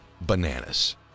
bananas